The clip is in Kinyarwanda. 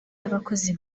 y’abakozi